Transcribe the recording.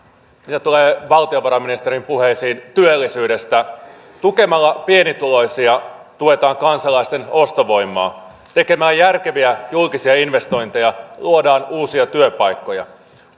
mitä tulee valtiovarainministerin puheisiin työllisyydestä niin tukemalla pienituloisia tuetaan kansalaisten ostovoimaa tekemällä järkeviä julkisia investointeja luodaan uusia työpaikkoja